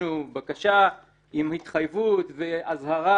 מילאנו מראש בקשה עם התחייבות ואזהרה